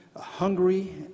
hungry